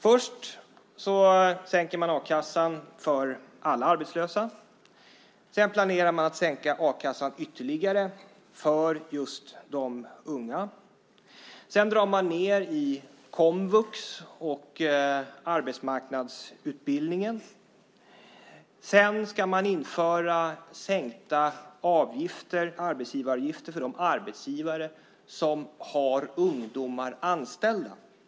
Först sänker man a-kassan för alla arbetslösa. Sedan planerar man att sänka a-kassan ytterligare för just de unga. Sedan drar man ned i komvux och arbetsmarknadsutbildningen. Sedan ska man införa sänkta arbetsgivaravgifter för de arbetsgivare som har ungdomar anställda.